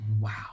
wow